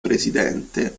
presidente